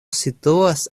situas